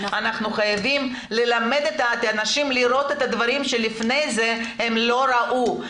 אנחנו חייבים ללמד את האנשים לראות את הדברים שלפני זה הם לא ראו.